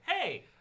Hey